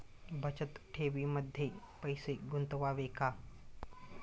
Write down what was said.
बचत ठेवीमध्ये पैसे गुंतवावे का?